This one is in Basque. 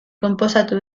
konposatu